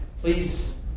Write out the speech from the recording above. please